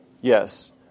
Yes